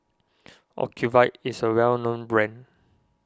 Ocuvite is a well known brand